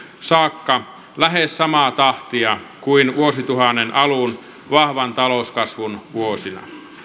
saakka lähes samaa tahtia kuin vuosituhannen alun vahvan talouskasvun vuosina